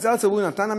המגזר הציבורי נתן.